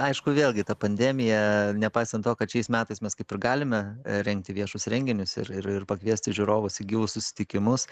aišku vėlgi ta pandemija nepaisant to kad šiais metais mes kaip ir galime rengti viešus renginius ir ir ir pakviesti žiūrovus į gyvus susitikimus